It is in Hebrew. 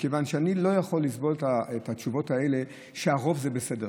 מכיוון שאני לא יכול לסבול את התשובות האלה שהרוב בסדר.